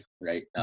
right